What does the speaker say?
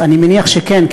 אני מניח שכן,